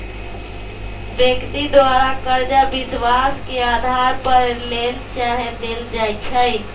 व्यक्ति द्वारा करजा विश्वास के अधार पर लेल चाहे देल जाइ छइ